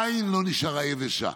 עין לא נשארה יבשה.